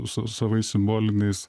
su savais simbolinės